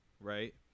right